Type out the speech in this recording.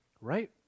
right